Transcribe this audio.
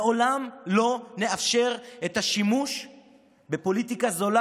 לעולם לא נאפשר את השימוש בפוליטיקה זולה